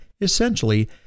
Essentially